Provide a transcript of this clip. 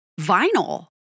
vinyl